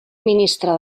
ministre